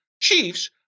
Chiefs